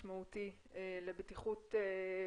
מה שמעניין אותנו זה מה קורה מחוץ לרכב,